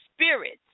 spirits